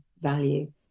value